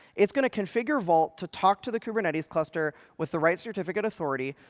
it's going to configure vault to talk to the kubernetes cluster with the right certificate authority,